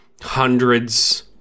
hundreds